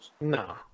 No